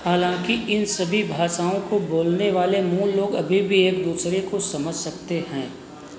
हालाँकि इन सभी भाषाओं को बोलने वाले मूल लोग अभी भी एक दूसरे को समझ सकते हैं